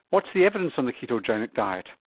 what's the evidence on the ketogenic diet?